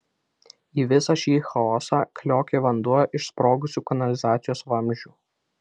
į visą šį chaosą kliokė vanduo iš sprogusių kanalizacijos vamzdžių